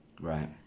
Right